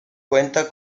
cuenta